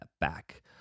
back